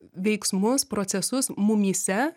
veiksmus procesus mumyse